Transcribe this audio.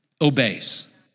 obeys